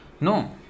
No